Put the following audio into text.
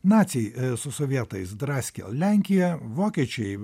naciai su sovietais draskė lenkiją vokiečiai